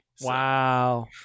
Wow